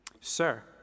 Sir